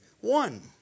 One